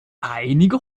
einige